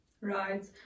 Right